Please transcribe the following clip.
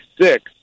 six